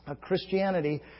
Christianity